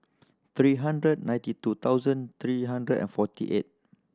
three hundred ninety two thousand three hundred and forty eight